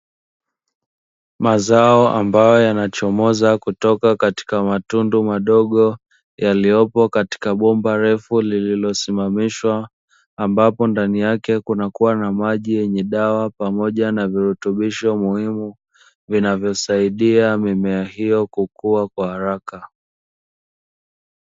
Mazao ambayo yanachomoza kutoka katika matundu madogo yaliyopo katika bomba refu lililosimamishwa, ambapo ndani yake kuna kuwa na maji yenye dawa pamoja na virutubisho muhimu vinavyosaidia mimea hiyo kukua kwa haraka.